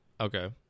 Okay